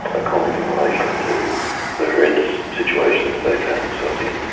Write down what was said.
a comment in relation to the horrendous situation that they found themselves in,